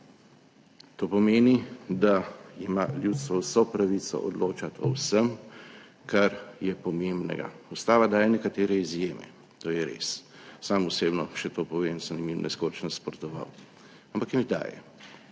To pomeni, da ima ljudstvo vso pravico odločati o vsem, kar je pomembnega. Ustava daje nekatere izjeme, to je res, sam osebno še to povem, sem ji / nerazumljivo/ nasprotoval, ampak mi daje,